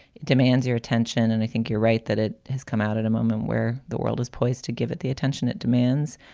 it demands your and i think you're right that it has come out at a moment where the world is poised to give it the attention it demands.